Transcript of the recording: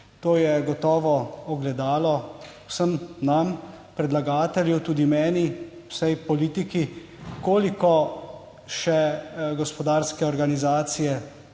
To je gotovo ogledalo vsem nam, predlagatelju, tudi meni, vsej politiki, koliko še gospodarske organizacije